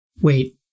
Wait